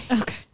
Okay